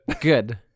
Good